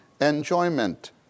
Enjoyment